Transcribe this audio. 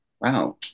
wow